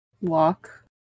walk